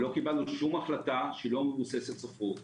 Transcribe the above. לא קיבלנו שום החלטה שאינה מבוססת ספרות.